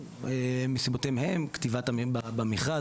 כתיבה במרכז,